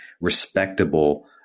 respectable